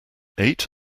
eight